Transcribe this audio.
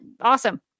awesome